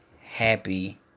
happy